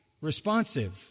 responsive